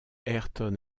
ayrton